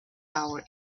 our